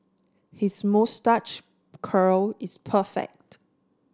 his moustache curl is perfect